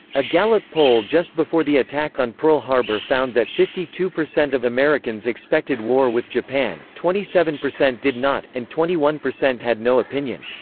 a gallup poll just before the attack on pearl harbor found that fifty two percent of americans expected war with japan, twenty seven percent did not, and twenty one percent had no opinion.